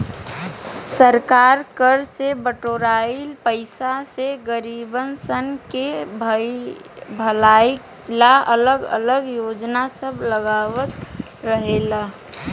सरकार कर से बिटोराइल पईसा से गरीबसन के भलाई ला अलग अलग योजना सब लगावत रहेला